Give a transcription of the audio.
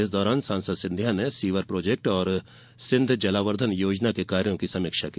इस दौरान सांसद सिंधिया ने सीवर प्रोजेक्ट और सिंध जलावर्धन योजना के कार्यों की समीक्षा की